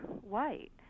white